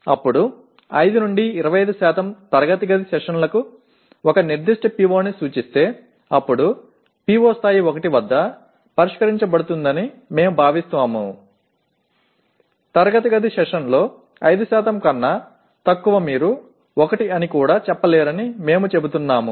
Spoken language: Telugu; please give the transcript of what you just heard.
అప్పుడు 5 నుండి 25 తరగతి గది సెషన్లు ఒక నిర్దిష్ట PO ని సూచిస్తే అప్పుడు PO స్థాయి 1 వద్ద పరిష్కరించబడుతుందని మేము భావిస్తాము తరగతి గది సెషన్లలో 5 కన్నా తక్కువ మీరు 1 అని కూడా చెప్పలేరని మేము చెబుతున్నాము